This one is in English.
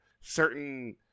certain